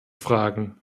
fragen